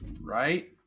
right